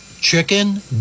chicken